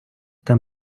там